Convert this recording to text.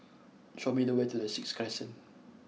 show me the way to the Sixth Crescent